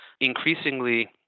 increasingly